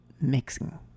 Mixing